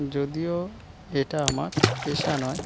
যদিও এটা আমার পেশা নয়